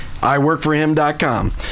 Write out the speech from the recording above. iWorkForHim.com